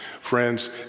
Friends